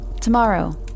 tomorrow